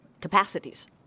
capacities